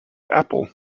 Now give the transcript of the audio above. apple